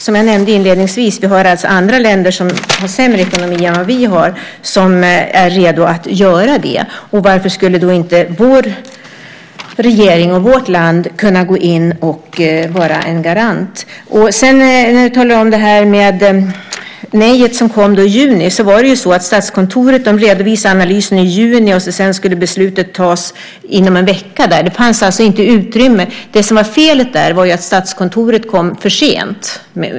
Som jag nämnde inledningsvis finns det andra länder med sämre ekonomi än vi har som är redo att göra det. Varför skulle inte då vår regering och vårt land kunna vara garant? Du talade om det nej som kom i juni. Det var så att Statskontoret redovisade analysen i juni, och sedan skulle beslutet tas inom en vecka. Det fanns alltså inte utrymme. Det som var felet där var att Statskontoret kom för sent.